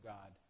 God